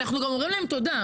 אנחנו גם אומרים להם תודה.